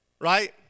right